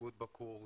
לפיקוד בקורס,